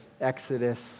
Exodus